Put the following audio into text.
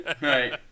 right